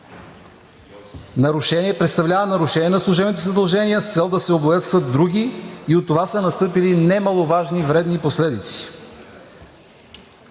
представлява нарушение на служебните задължения, с цел да се облагодетелстват други, и от това са настъпили немаловажни, вредни последици.